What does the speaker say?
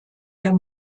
der